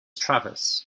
travis